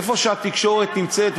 איפה שהתקשורת נמצאת,